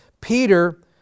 Peter